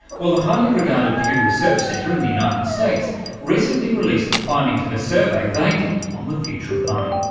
well, the highly regarded pew research centre in the united states recently released the findings of a survey they did on the future of money.